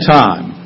time